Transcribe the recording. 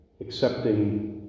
accepting